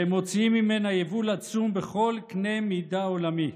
והם מוציאים ממנה יבול עצום בכל קנה מידה עולמי.